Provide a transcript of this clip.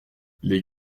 les